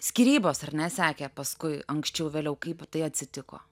skyrybos ar ne sekė paskui anksčiau vėliau kaip tai atsitiko